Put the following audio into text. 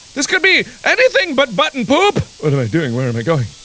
this could be anything but butt and poop! what am i doing? where am i going?